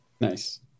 nice